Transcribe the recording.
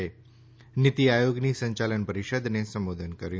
નીતિ આયોગની સંચાલન પરિષદને સંબોધન કર્યું